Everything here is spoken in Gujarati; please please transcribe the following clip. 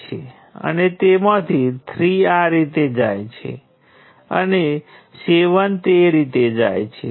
તેથી તે હજુ પણ G × V સ્વરૂપમાં છે અને આ G મેટ્રિક્સ સર્કિટમાં કંડક્ટન્સ અને ટ્રાન્સ કંડક્ટન્સ અથવા વોલ્ટેજ નિયંત્રિત કરંટ સ્ત્રોતનો ગુણાંક ધરાવે છે